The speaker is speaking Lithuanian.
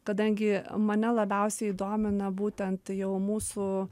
kadangi mane labiausiai domina būtent jau mūsų